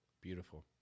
beautiful